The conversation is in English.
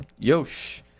Yosh